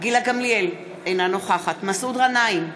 גילה גמליאל, אינה נוכחת מסעוד גנאים,